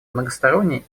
многосторонний